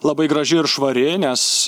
labai graži ir švari nes